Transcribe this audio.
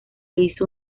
hizo